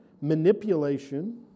manipulation